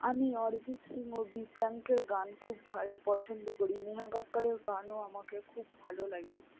আমি অরিজিৎ সিং ও বি প্রাকের গান খুব ভালো পছন্দ করি নেহা কক্করের গানও আমাকে খুব ভালো লাগে